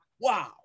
Wow